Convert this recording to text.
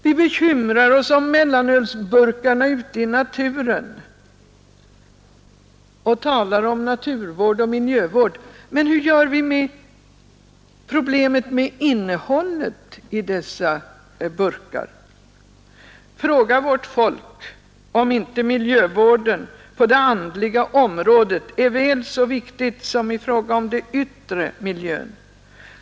Vi bekymrar oss om mellanölsburkarna ute i naturen och talar om naturvård och miljövard. Men hur gör vi med problemet med innehållet i dessa burkar? Fråga vårt folk om inte miljövården på det andliga området är väl så viktig som vården av den yttre miljön.